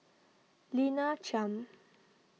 Lina Chiam